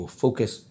focus